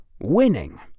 winning